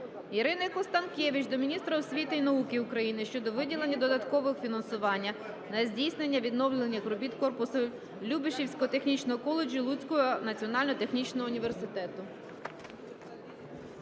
Ірини Констанкевич до міністра освіти і науки України щодо виділення додаткового фінансування на здійснення відновлювальних робіт корпусу Любешівського технічного коледжу Луцького національного технічного університету.